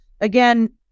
Again